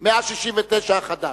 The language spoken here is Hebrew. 169 החדש,